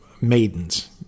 maidens